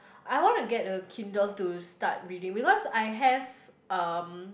I want to get a Kindle's to start reading because I have um